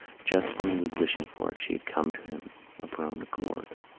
just when he was wishing for it she had come to him of her own accord.